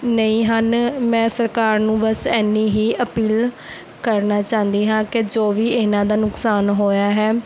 ਨਹੀਂ ਹਨ ਮੈਂ ਸਰਕਾਰ ਨੂੰ ਬਸ ਐਨੀ ਹੀ ਅਪੀਲ ਕਰਨਾ ਚਾਹੁੰਦੀ ਹਾਂ ਕਿ ਜੋ ਵੀ ਇਹਨਾਂ ਦਾ ਨੁਕਸਾਨ ਹੋਇਆ ਹੈ